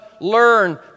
learn